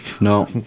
No